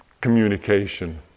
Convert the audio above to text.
communication